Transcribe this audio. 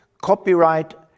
Copyright